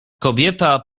kobieta